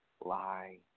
lie